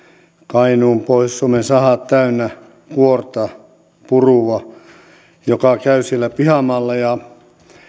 kainuun pohjois suomen sahat täynnä kuorta purua joka käy siellä pihamaalla ja